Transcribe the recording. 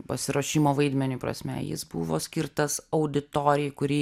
pasiruošimo vaidmeniui prasme jis buvo skirtas auditorijai kuri